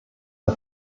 der